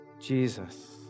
Jesus